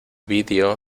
vídeo